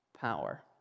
power